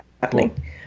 happening